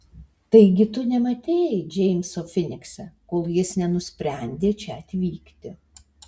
taigi tu nematei džeimso finikse kol jis nenusprendė čia atvykti